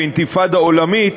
אינתיפאדה עולמית,